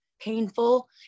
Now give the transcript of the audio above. painful